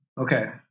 Okay